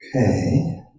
Okay